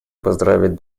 поздравить